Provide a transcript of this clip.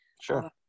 Sure